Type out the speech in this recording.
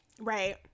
Right